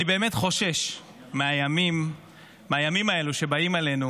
אני באמת חושש מהימים האלה שבאים עלינו